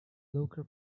local